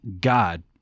God